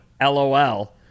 LOL